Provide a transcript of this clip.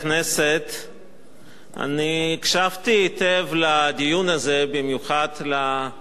אני הקשבתי היטב לדיון הזה, במיוחד להערות והמחאה